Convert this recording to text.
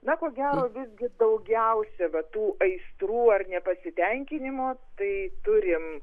na ko gero visgi daugiausia be tų aistrų ar nepasitenkinimo tai turim